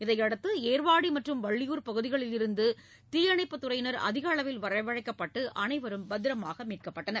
இதையடுத்து ஏர்வாடி மற்றும் வள்ளியூர் பகுதிகளிலிருந்து தீயணைப்புத்துறையினர் அதிகளவில் வரவழைக்கப்பட்டு அனைவரும் மீட்கப்பட்டனர்